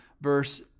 verse